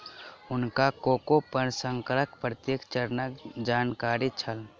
हुनका कोको प्रसंस्करणक प्रत्येक चरणक जानकारी छल